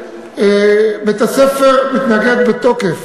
בית-הספר מתנגד בתוקף,